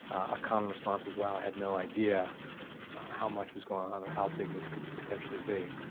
a common response is, wow i had no idea how much was going on or how big this could potentially be.